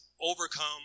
overcome